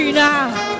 now